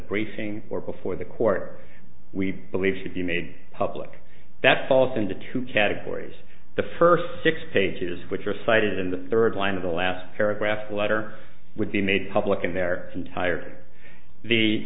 briefing or before the court we believe should be made public that falls into two categories the first six pages which are cited in the third line of the last paragraph a letter would be made public in their entirety the